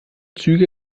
züge